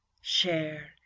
share